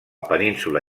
península